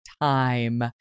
time